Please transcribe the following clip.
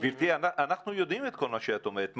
גברתי, אנחנו יודעים את כל מה שאת אומרת.